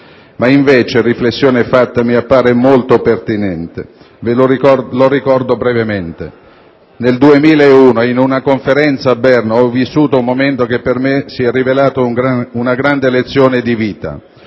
avervi riflettuto, mi sembra molto pertinente; ve lo ricordo brevemente. Nel 2001, in una Conferenza a Berna, ho vissuto un momento che per me si è rivelato una grande lezione di vita.